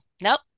Nope